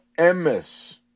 MS